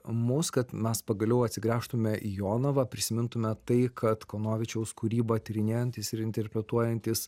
mus kad mes pagaliau atsigręžtume į jonavą prisimintume tai kad kanovičiaus kūrybą tyrinėjantys ir interpretuojantys